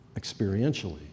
experientially